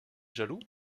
jaloux